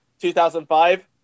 2005